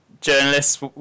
journalists